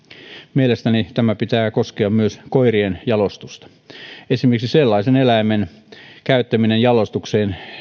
mielestäni tämän pitää koskea myös koirien jalostusta nyt kielletään esimerkiksi sellaisen eläimen käyttäminen jalostukseen